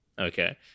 Okay